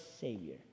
savior